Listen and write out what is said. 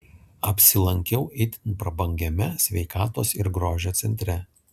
apsilankiau itin prabangiame sveikatos ir grožio centre